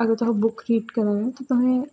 अगर तुसें book read करनी ऐ ते तुसें